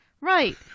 Right